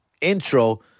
intro